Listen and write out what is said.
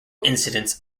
incidence